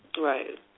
Right